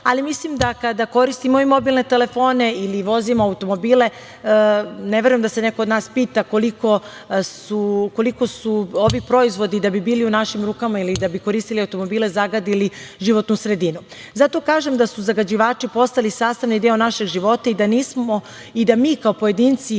ali mislim da kada koristimo mobilne telefone ili vozimo automobile, ne verujem da se neko od nas pita koliko su ovi proizvodi da bi bili u našim rukama ili da bi koristili automobile zagadili životnu sredinu. Zato kažem da su zagađivači postali sastavni deo našeg života i da mi kao pojedinci